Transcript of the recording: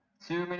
to and